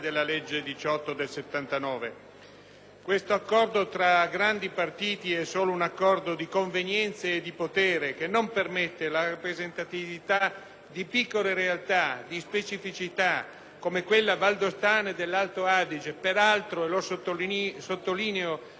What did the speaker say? Questo accordo tra grandi partiti è solo un accordo di convenienze e di potere che non permette la rappresentatività di piccole realtà e di specificità come quella valdostana e dell'Alto Adige, peraltro - lo sottolineo - riconosciute dalla Costituzione.